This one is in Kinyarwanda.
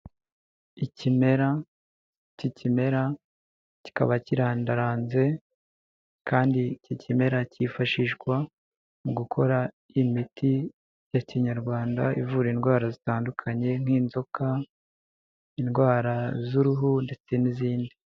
Ikimera, iki kimera kikaba kirandaranze kandi iki kimera cyifashishwa mu gukora imiti ya Kinyarwanda ivura indwara zitandukanye nk'inzoka, indwara z'uruhu ndetse n'izindi.